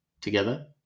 together